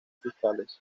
fiscales